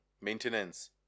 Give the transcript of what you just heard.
Maintenance